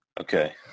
okay